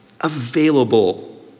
available